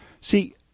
See